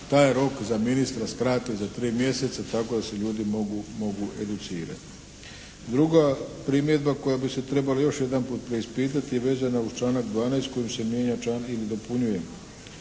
taj rok za ministra skrati za 3 mjeseca tako da se ljudi mogu educirati. Druga primjedba koja bi se trebala još jedanput preispitati, vezana uz članak 12. kojim se mijenja ili dopunjuje,